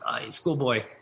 schoolboy